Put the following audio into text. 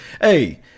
Hey